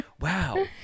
Wow